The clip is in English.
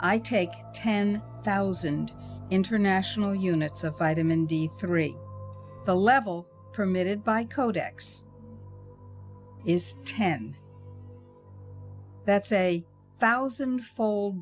i take ten thousand international units of vitamin d three the level permitted by codex is ten that's a thousand fold